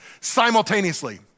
simultaneously